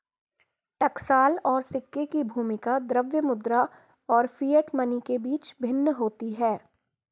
टकसाल और सिक्के की भूमिका द्रव्य मुद्रा और फिएट मनी के बीच भिन्न होती है